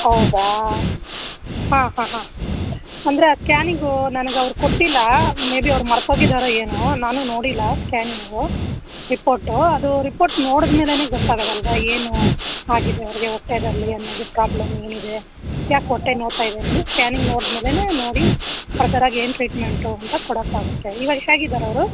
ಹೌದಾ ಹಾಂ ಹಾಂ ಹಾಂ ಅಂದರೆ ಆ ಸ್ಕ್ಯಾನಿಂಗು ನನ್ಗೆ ಅವ್ರು ಕೊಟ್ಟಿಲ್ಲ ಮೇ ಬಿ ಅವ್ರು ಮರ್ತು ಹೋಗಿದಾರೊ ಏನೋ ನಾನು ನೋಡಿಲ್ಲ ಸ್ಕ್ಯಾನಿಂಗು ರಿಪೋರ್ಟು ಅದು ರಿಪೋರ್ಟ್ ನೋಡಿದ್ಮೇಲೇನೇ ಗೊತ್ತಾಗೋದಲ್ವ ಏನು ಆಗಿದೆ ಅವ್ರಿಗೆ ಹೊಟ್ಟೆಯಲ್ಲಿ ಏನಾದರು ಪ್ರಾಬ್ಲಮ್ ಏನಿದೆ ಯಾಕೆ ಹೊಟ್ಟೆ ನೋವ್ತ ಇದೆ ಅನ್ನೋದು ಸ್ಕ್ಯಾನಿಂಗ್ ನೋಡ್ದ್ಮೇಲೇ ನೋಡಿ ಫರ್ದರಾಗಿ ಏನು ಟ್ರೀಟ್ಮೆಂಟು ಅಂತ ಕೊಡೋಕಾಗುತ್ತೆ ಈವಾಗ ಹ್ಯಾಗಿದ್ದಾರೆ ಅವರು